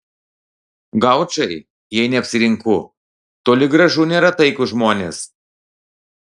gaučai jei neapsirinku toli gražu nėra taikūs žmonės